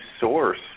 source